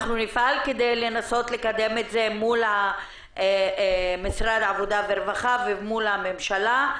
נפעל כדי לנסות לקדם את זה מול משרד העבודה והרווחה ומול הממשלה.